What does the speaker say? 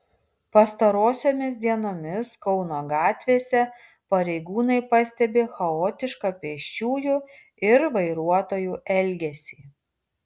pastarosiomis dienomis kauno gatvėse pareigūnai pastebi chaotišką pėsčiųjų ir vairuotojų elgesį